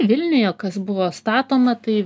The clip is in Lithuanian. vilniuje kas buvo statoma tai